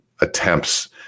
attempts